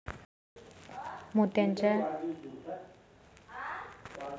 मोत्यांच्या शेतीसाठी सर्वप्रथम प्रशिक्षण आवश्यक आहे